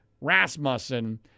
Rasmussen